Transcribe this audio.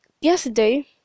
Yesterday